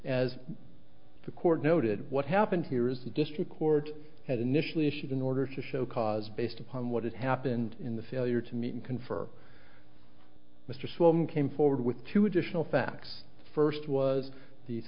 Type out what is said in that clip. as the court noted what happened here is the district court had initially issued an order to show cause based upon what happened in the failure to meet and confer mr slocum came forward with two additional facts first was the